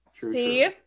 See